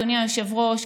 אדוני היושב-ראש,